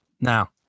Now